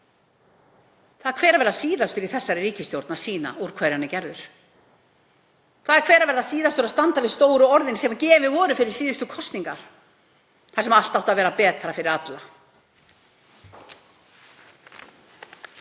Það fer hver að verða síðastur í þessari ríkisstjórn að sýna úr hverju hann er gerður. Það er hver að verða síðastur að standa við stóru orðin sem sögð voru fyrir síðustu kosningar þegar allt átti að verða betra fyrir alla.